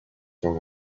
con